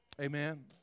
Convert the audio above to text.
amen